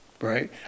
right